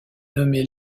nommer